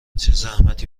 زحمتی